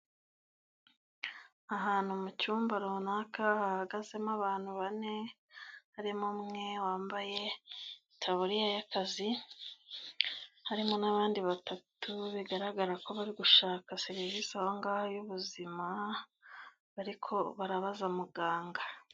Ahantu mu cyumba runaka hahagazemo abantu bane, harimo umwe wambaye itaburiya y'akazi, harimo n'abandi batatu bigaragara ko bari gushaka serivisi aho ngaho y'ubuzima bariko barabaza muganga.